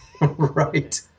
Right